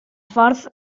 ffordd